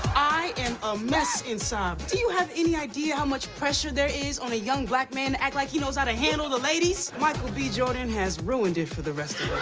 i am a mess inside. do you have any idea how much pressure there is on a young black man to act like he knows how to handle the ladies? michael b. jordan has ruined it for the rest of